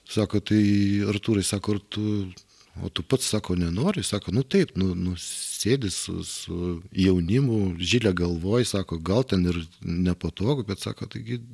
sako tai artūrai sako ar tu o tu pats sako nenori sako nu taip nu nu sėdi su su jaunimu žilė galvoj sako gal ten ir nepatogu bet sako taigi